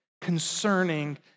concerning